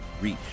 reach